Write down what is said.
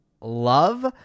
love